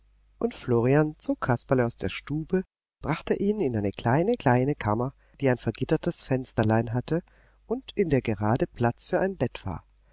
und florian zog kasperle aus der stube brachte ihn in eine kleine kleine kammer die ein vergittertes fensterlein hatte und in der gerade platz für ein bett war